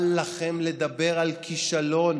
אל לכם לדבר על כישלון,